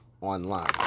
online